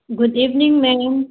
good evening ma'am